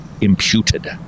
imputed